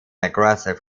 aggressive